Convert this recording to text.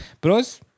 Pros